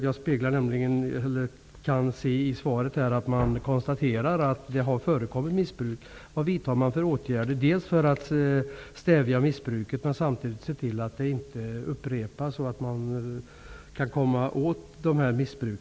Jag kan se i svaret att han konstaterar att det har förekommit missbruk.